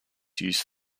use